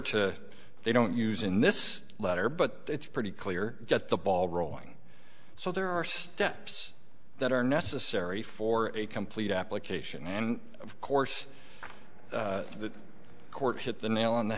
to they don't use in this letter but it's pretty clear get the ball rolling so there are steps that are necessary for a complete application and of course the court hit the nail on the